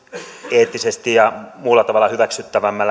eettisesti ja muulla tavalla hyväksyttävämmin